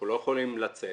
אנחנו לא יכולים לצאת.